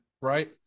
right